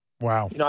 Wow